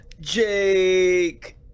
Jake